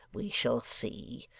we shall see.